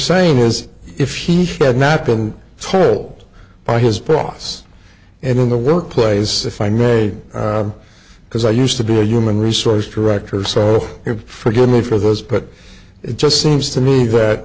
saying is if he had not been told by his boss in the workplace if i may because i used to be a human resources director so forgive me for those but it just seems to me that